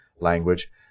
language